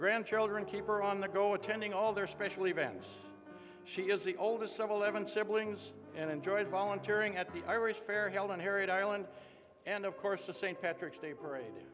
grandchildren keep her on the go attending all their special events she is the oldest civil levon siblings and enjoy volunteering at the irish fair held on harriet island and of course to st patrick's day parade